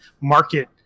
market